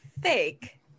fake